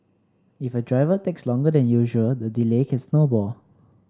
if a driver takes longer than usual the delay can snowball